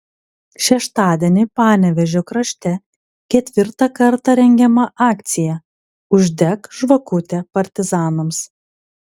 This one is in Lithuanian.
šeštadienį panevėžio krašte ketvirtą kartą rengiama akcija uždek žvakutę partizanams